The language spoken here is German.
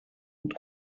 und